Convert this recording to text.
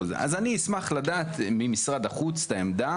אז אני אשמח לדעת ממשרד החוץ את העמדה